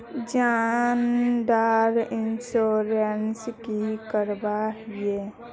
जान डार इंश्योरेंस की करवा ई?